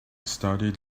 studied